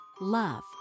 love